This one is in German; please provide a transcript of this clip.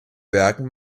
werken